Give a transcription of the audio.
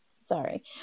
sorry